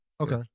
Okay